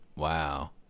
Wow